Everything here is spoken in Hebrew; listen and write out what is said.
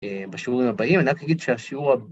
בשיעורים הבאים, אני רק אגיד שהשיעור...